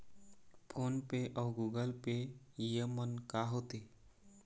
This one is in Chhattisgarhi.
फ़ोन पे अउ गूगल पे येमन का होते?